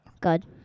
good